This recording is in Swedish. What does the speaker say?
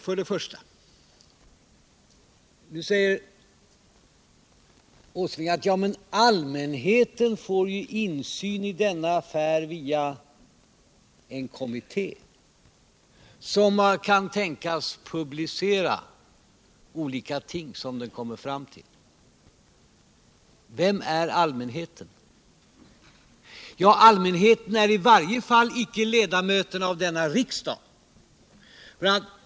För det första säger Nils Åsling att allmänheten får insyn i denna affär via en kommitté, som kan tänkas publicera olika ting som den kommer fram till. Vem är allmänheten? Ja, allmänheten är i varje fall inte ledamöterna av denna riksdag.